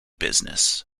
business